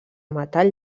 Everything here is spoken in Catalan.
metall